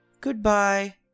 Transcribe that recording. goodbye